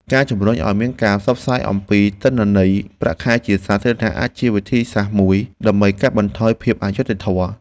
ការជំរុញឱ្យមានការផ្សព្វផ្សាយអំពីទិន្នន័យប្រាក់ខែជាសាធារណៈអាចជាវិធីសាស្ត្រមួយដើម្បីកាត់បន្ថយភាពអយុត្តិធម៌។